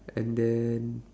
and then